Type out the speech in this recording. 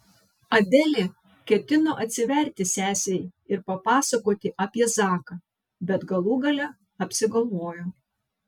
adelė ketino atsiverti sesei ir papasakoti apie zaką bet galų gale apsigalvojo